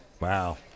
Wow